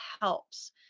helps